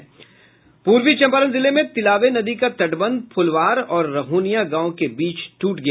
वहीं पूर्वी चम्पारण जिले में तिलावे नदी का तटबंध फुलवार और रहोनिया गांव के बीच टूट गया